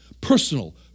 personal